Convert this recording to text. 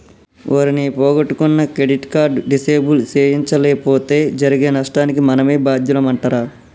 ఓరి నీ పొగొట్టుకున్న క్రెడిట్ కార్డు డిసేబుల్ సేయించలేపోతే జరిగే నష్టానికి మనమే బాద్యులమంటరా